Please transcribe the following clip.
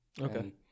Okay